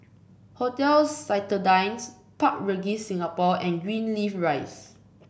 Hotel Citadines Park Regis Singapore and Greenleaf Rise